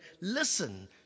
listen